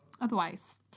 Otherwise